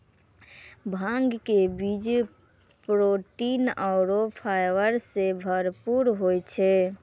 भांग के बीज प्रोटीन आरो फाइबर सॅ भरपूर होय छै